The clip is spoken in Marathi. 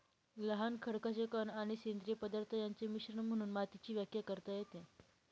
लहान खडकाचे कण आणि सेंद्रिय पदार्थ यांचे मिश्रण म्हणून मातीची व्याख्या करता येते